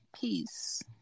Peace